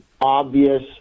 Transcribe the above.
obvious